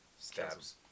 stabs